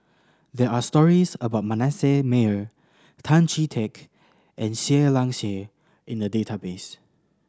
there are stories about Manasseh Meyer Tan Chee Teck and Seah Liang Seah in the database